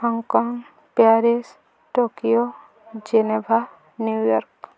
Hong Kong Paris Tokyo Geneva New York